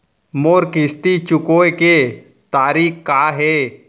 मोर किस्ती चुकोय के तारीक का हे?